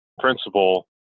principle